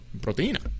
proteína